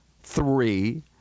three